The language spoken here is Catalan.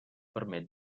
permet